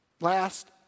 last